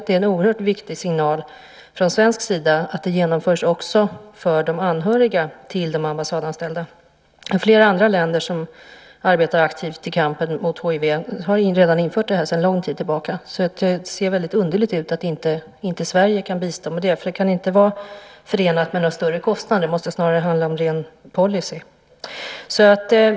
Det är en oerhört viktig signal från svensk sida att det genomförs också för de anhöriga till de ambassadanställda. Flera andra länder som arbetar aktivt i kampen mot hiv har redan infört det sedan lång tid tillbaka. Det ser väldigt underligt ut att inte Sverige kan bistå med det. Det kan inte vara förenat med några större kostnader utan måste snarare handla om ren policy.